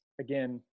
again